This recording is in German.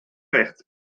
rechts